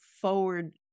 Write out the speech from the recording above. forward